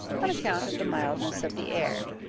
on account of the mildness of the air,